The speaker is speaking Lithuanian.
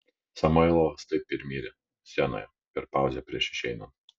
samoilovas taip ir mirė scenoje per pauzę prieš išeinant